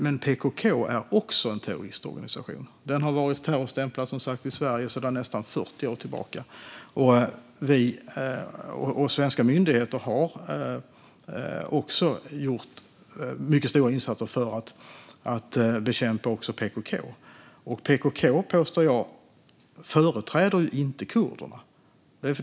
Men PKK är också en terroristorganisation. Den har varit terrorstämplad i Sverige sedan nästan 40 år tillbaka. Svenska myndigheter har också gjort mycket stora insatser för att bekämpa också PKK. PKK, påstår jag, företräder inte kurderna.